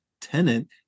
tenant